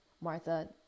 Martha